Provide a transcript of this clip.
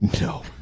No